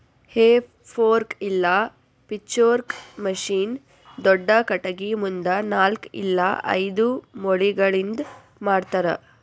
ಹೇ fork ಇಲ್ಲ pitchfork machine ದೊಡ್ದ ಖಟಗಿ ಮುಂದ ನಾಲ್ಕ್ ಇಲ್ಲ ಐದು ಮೊಳಿಗಳಿಂದ್ ಮಾಡ್ತರ